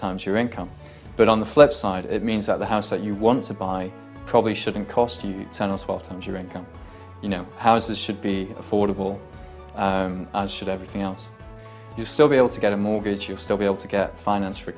times your income but on the flip side it means that the house that you want to buy probably shouldn't cost you ten or twelve times your income you know how is this should be affordable should ever feels you still be able to get a mortgage you're still be able to get finance for